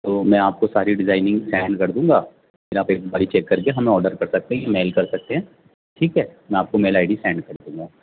تو میں آپ کو ساری ڈیزائننگ سینڈ کر دوں گا پھر آپ ایک بار ہی چیک کر کے ہمیں آڈر کر سکتے ہیں یا میل کر سکتے ہیں ٹھیک ہے میں آپ کو میل آئی ڈی سینڈ کر دوں گا